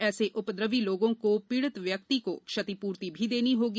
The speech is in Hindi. सजा के साथ ही ऐसे उपद्रवी लोगों को पीड़ित व्यक्ति को क्षतिपूर्ति भी देनी होगी